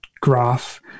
graph